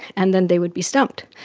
and then they would be stumped.